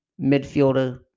Midfielder